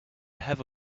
have